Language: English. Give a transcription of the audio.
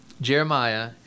Jeremiah